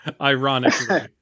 ironically